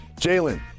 Jalen